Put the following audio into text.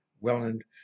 Welland